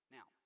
Now